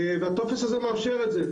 והטופס הזה מאפשר את זה.